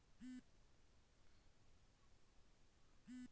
ন্যায় দিয়ে গাড়ির জন্য সব বীমার টাকা আমরা পাই